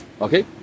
okay